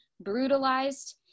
brutalized